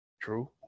True